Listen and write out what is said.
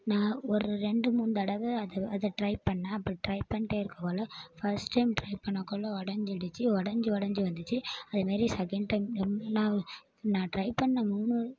நான் ஒரு ரெண்டு மூணு தடவை அதை அதை ட்ரை பண்ணேன் அப்புறம் ட்ரை பண்ணிகிட்டே இருக்கக்கொள்ள ஃபர்ஸ்ட் டைம் ட்ரை பண்ணக்கொள்ள உடஞ்சிருச்சி உடஞ்சி உடஞ்சி வந்துருச்சு அதுமாரி செகண்ட் டைம் நான் நான் ட்ரை பண்ணேன் மூணு